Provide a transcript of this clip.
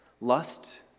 Lust